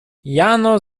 jano